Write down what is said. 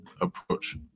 approach